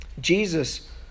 Jesus